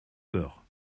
peur